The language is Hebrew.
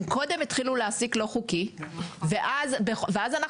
הם קודם התחילו להעסיק לא חוקי ואז אנחנו